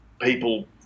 people